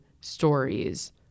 stories